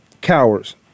cowards